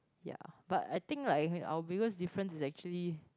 ya but I think like our biggest difference is actually